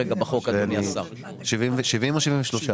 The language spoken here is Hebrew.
אדוני השר, כיום בחוק זה 70 מיליון שקלים.